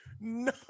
no